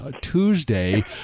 Tuesday